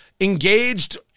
engaged